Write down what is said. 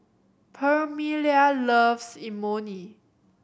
Permelia loves Imoni